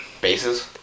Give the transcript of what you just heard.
bases